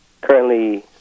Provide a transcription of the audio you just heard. currently